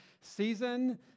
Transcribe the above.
season